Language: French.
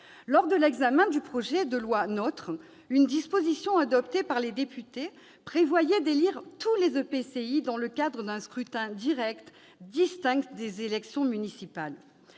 Lors de l'examen du projet de loi NOTRe, une disposition adoptée par les députés prévoyait l'élection de tous les exécutifs des EPCI par le biais d'un scrutin direct distinct de l'élection municipale.